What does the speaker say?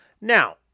Now